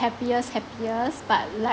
happiest happiest but